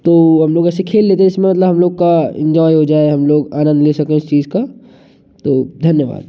तो हम लोग ऐसे खेल लेते हैं जिस में मतलब हम लोग का इंजॉय हो जाए हम लोग आनंद ले सकें इस चीज़ का तो धन्यवाद